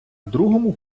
другому